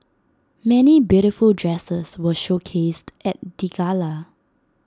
many beautiful dresses were showcased at the gala